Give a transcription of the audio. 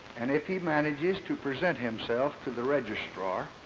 and if he manages to present himself to the registrar,